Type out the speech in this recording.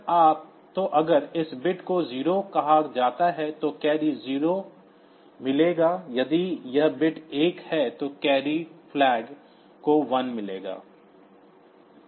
तो अगर इस बिट को 0 कहा जाता है तो कैरी को 0 मिलेगा यदि यह बिट 1 है तो कैरी फ्लैग को 1 मिलेगा